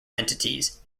entities